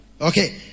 Okay